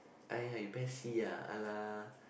!aiya! you pes C [ala]